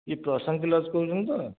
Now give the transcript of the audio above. କିଏ ପ୍ରଶାନ୍ତି ଲଜ୍ କହୁଛନ୍ତି ତ